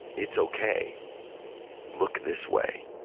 it's okay look this way.